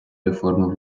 реформи